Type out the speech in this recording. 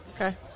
Okay